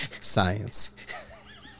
Science